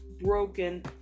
broken